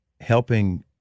helping